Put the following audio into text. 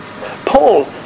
Paul